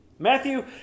Matthew